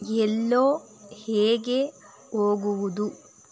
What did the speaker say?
ಎಲ್ಲೋ ಹೇಗೆ ಹೋಗುವುದು